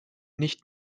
nicht